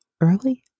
early